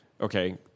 Okay